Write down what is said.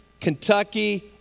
Kentucky